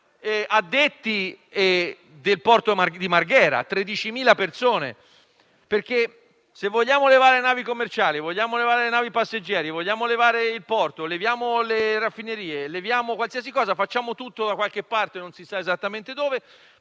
13.000 addetti del Porto di Marghera. Se vogliamo levare le navi commerciali, le navi passeggeri, il porto, le raffinerie e qualsiasi cosa, facciamo tutto da qualche parte (non si sa esattamente dove),